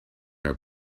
are